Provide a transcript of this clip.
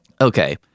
Okay